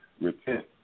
repent